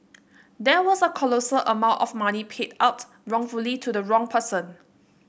there was a colossal amount of money paid out wrongfully to the wrong person